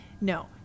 No